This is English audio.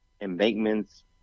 embankments